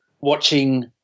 watching